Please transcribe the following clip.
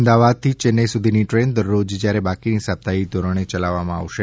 અમદાવાદથી ચેન્નઇ સુધીની ટ્રેન દરરોજ જ્યારે બાકીની સાપ્તાહિક ધોરણે યલાવાશે